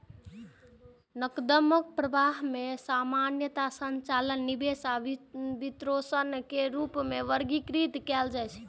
नकद प्रवाह कें सामान्यतः संचालन, निवेश आ वित्तपोषण के रूप मे वर्गीकृत कैल जाइ छै